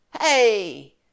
Hey